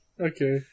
Okay